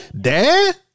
dad